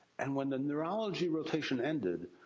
and when the neurology rotation ended,